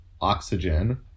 Oxygen